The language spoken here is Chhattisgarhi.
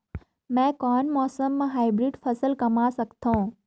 मै कोन मौसम म हाईब्रिड फसल कमा सकथव?